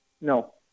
No